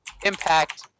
Impact